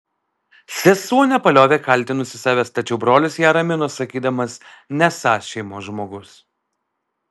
sesuo nepaliovė kaltinusi savęs tačiau brolis ją ramino sakydamas nesąs šeimos žmogus